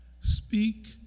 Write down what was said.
Speak